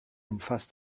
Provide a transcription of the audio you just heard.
umfasst